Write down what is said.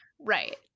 Right